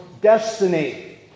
destiny